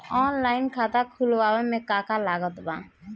Online खाता खुलवावे मे का का लागत बा?